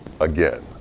again